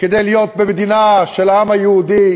כדי להיות במדינה של העם היהודי,